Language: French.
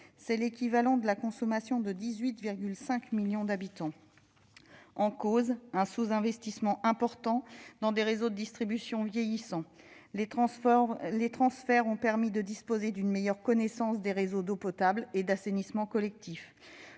C'est l'équivalent de la consommation de 18,5 millions d'habitants. En cause, un sous-investissement important dans des réseaux de distribution vieillissants. Les transferts ont permis de disposer d'une meilleure connaissance des réseaux d'eau potable et d'assainissement collectif.